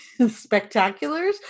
spectaculars